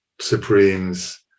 Supremes